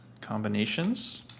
Combinations